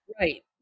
right